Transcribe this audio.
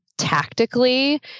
tactically